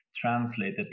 translated